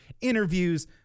Interviews